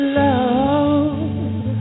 love